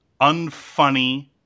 unfunny